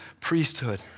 priesthood